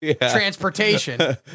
transportation